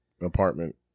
apartment